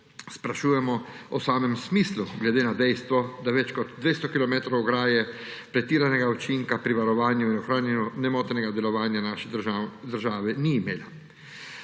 sprašujemo o samem smislu glede na dejstvo, da več kot 200 kilometrov ograje pretiranega učinka pri varovanju in ohranjanju nemotenega delovanja naše države ni imelo,